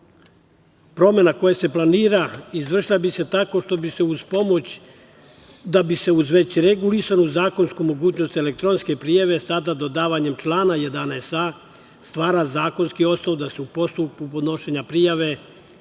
države. Promena koja se planira izvršila bi se tako što bi se uz pomoć, da bi se uz već regulisanu zakonsku mogućnost elektronske prijave, sada dodavanjem člana 11a, stvara zakonski osnov da se u postupku podnošenja prijave